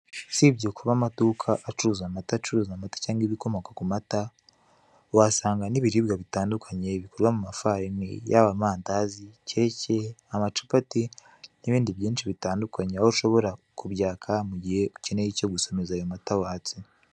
Usibye kuba amaduka acuruza amata cyangwa ibikomoka ku mata, uhasanga n'ibiribwa bitandukanye bikorwa mu mafarini, yaba amandazi, keke, amacapati, n'ibindi byinshi bitandukanye ushobora kubyaka mu gihe ukeneye icyo gusomeza ayo mata watse.